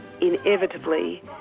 inevitably